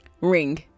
ring